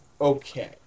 okay